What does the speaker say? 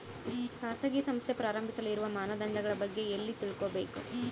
ಖಾಸಗಿ ಸಂಸ್ಥೆ ಪ್ರಾರಂಭಿಸಲು ಇರುವ ಮಾನದಂಡಗಳ ಬಗ್ಗೆ ಎಲ್ಲಿ ತಿಳ್ಕೊಬೇಕು?